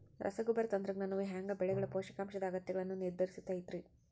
ರಸಗೊಬ್ಬರ ತಂತ್ರಜ್ಞಾನವು ಹ್ಯಾಂಗ ಬೆಳೆಗಳ ಪೋಷಕಾಂಶದ ಅಗತ್ಯಗಳನ್ನ ನಿರ್ಧರಿಸುತೈತ್ರಿ?